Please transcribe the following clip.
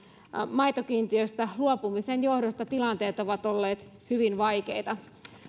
maitokiintiöistä luopumisen johdosta tilanteet ovat olleet hyvin vaikeita